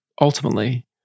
Ultimately